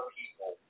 people